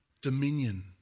dominion